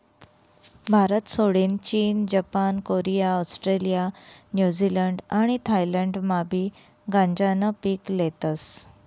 भारतसोडीन चीन, जपान, कोरिया, ऑस्ट्रेलिया, न्यूझीलंड आणि थायलंडमाबी गांजानं पीक लेतस